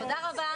תודה רבה.